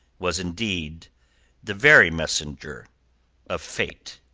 was indeed the very messenger of fate.